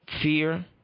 Fear